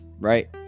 right